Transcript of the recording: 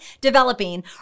developing